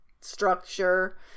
structure